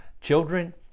Children